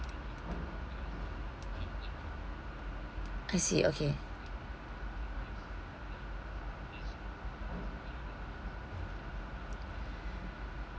I see okay